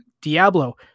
Diablo